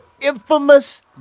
infamous